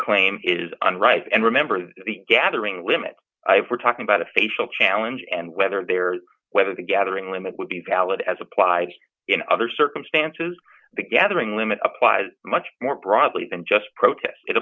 claim is on right and remember that the gathering limit if we're talking about a facial challenge and whether there whether the gathering limit would be valid as applied in other circumstances the gathering limit applies much more broadly than just protest it